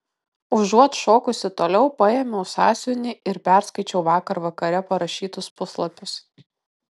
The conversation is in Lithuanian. užuot šokusi toliau paėmiau sąsiuvinį ir perskaičiau vakar vakare parašytus puslapius